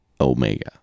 Omega